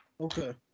Okay